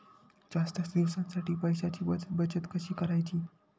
जास्त दिवसांसाठी पैशांची बचत कशी करायची?